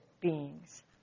beings